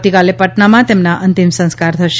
આવતીકાલે પટણામાંતેમના અંતિમ સંસ્કાર થશે